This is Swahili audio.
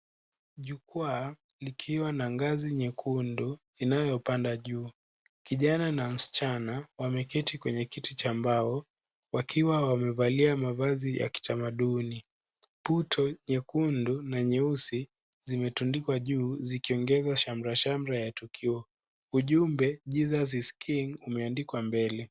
Jukwaa likiwa na ngazi nyekundu inayopanda juu. Kijana na msichana wameketi kwenye kiti cha mbao wakiwa wamevalia mavazi ya kitamaduni. Puto nyekundu na nyeusi zimetundikwa juu zikiongeza shamra shamra ya tukio. Ujumbe 'Jesus is king ' umeandikwa mbele.